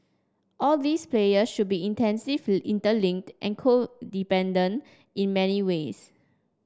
all these player should be intensive interlinked and codependent in many ways